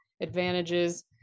advantages